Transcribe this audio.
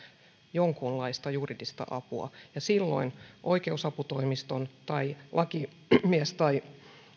jonkunlaista juridista apua ja silloin oikeusaputoimiston tai lakimies tai